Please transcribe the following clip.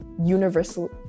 universal